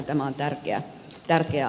tämä on tärkeä asia